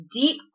deep